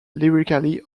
lyrically